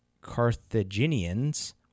Carthaginians